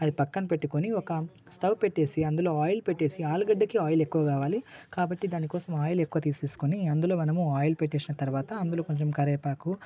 అది పక్కన పెట్టుకొని ఒక స్టవ్ పెట్టేసి అందులో ఆయిల్ పెట్టేసి ఆలు గడ్డకి ఆయిల్ ఎక్కువ కావాలి కాబట్టి దానికోసం ఆయిల్ ఎక్కువ తీసేసుకుని అందులో మనం ఆయిల్ పెట్టేసిన తర్వాత అందులో కొంచెం కరివేపాకు